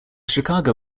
chicago